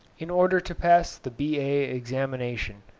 in order to pass the b a. examination,